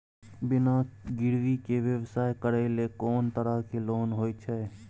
बिना गिरवी के व्यवसाय करै ले कोन तरह के लोन होए छै?